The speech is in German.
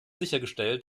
sichergestellt